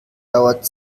dauert